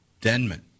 Denman